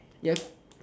they're